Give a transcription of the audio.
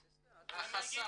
שהורדת החסם,